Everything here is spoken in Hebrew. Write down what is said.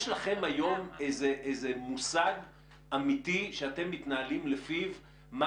יש לכם היום איזה מושג אמיתי שאתם מתנהלים לפיו מה